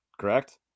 correct